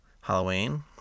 halloween